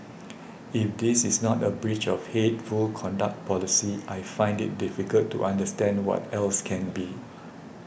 if this is not a breach of hateful conduct policy I find it difficult to understand what else can be